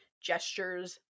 gestures